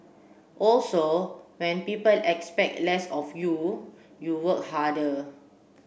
also when people expect less of you you work harder